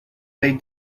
they